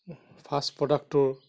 first প্ৰডাক্টটোৰ